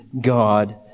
God